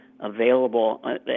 Available